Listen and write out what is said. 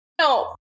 No